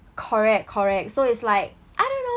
correct correct so it's like I don't know